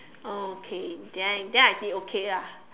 okay then then I think okay lah